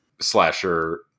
slasher